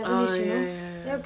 ah ya ya ya